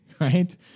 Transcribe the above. right